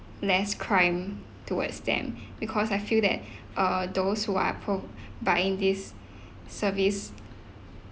less crime towards them because I feel that err those who are pro~ buying this service